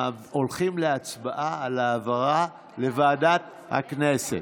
הולכים להצבעה על העברה לוועדת הכנסת